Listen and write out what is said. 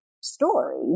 story